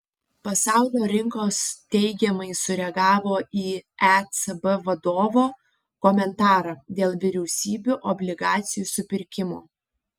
pasaulio rinkos teigiamai sureagavo į ecb vadovo komentarą dėl vyriausybių obligacijų supirkimo